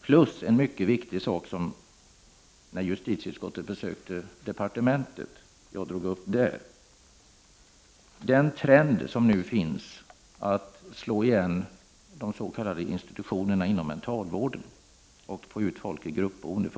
En annan mycket viktig sak, som jag tog upp när justitieutskottet besökte departementet, är trenden att slå igen de s.k. institutionerna inom mentalvården och flytta ut folk i gruppboende.